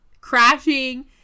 crashing